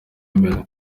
imbere